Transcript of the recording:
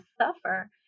suffer